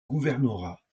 gouvernorat